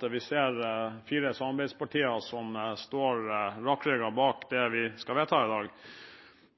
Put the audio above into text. at vi ser fire samarbeidspartier som står rakrygget bak det vi skal vedta i dag.